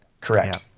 Correct